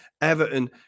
Everton